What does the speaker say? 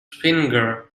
finger